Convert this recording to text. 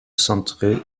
centrée